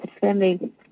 family